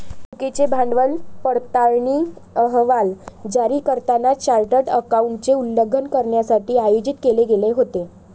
चुकीचे भांडवल पडताळणी अहवाल जारी करताना चार्टर्ड अकाउंटंटचे उल्लंघन करण्यासाठी आयोजित केले गेले होते